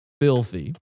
filthy